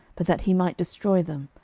but that he might destroy them,